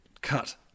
cut